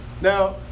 Now